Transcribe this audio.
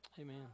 amen